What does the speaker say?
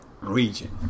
region